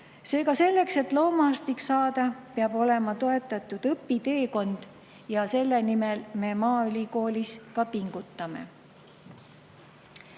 Seega, selleks, et loomaarstiks saada, peab olema toetatud õpiteekond. Selle nimel me maaülikoolis ka pingutame. On